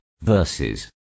verses